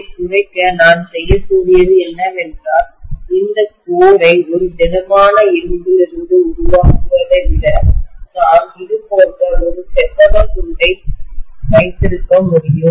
இதைக் குறைக்க நான் செய்யக்கூடியது என்னவென்றால் இந்த கோரை ஒரு திடமான இரும்பிலிருந்து உருவாக்குவதை விட நான் இது போன்ற ஒரு செவ்வகத் துண்டை வைத்திருக்க முடியும்